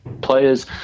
players